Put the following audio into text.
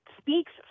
Speaks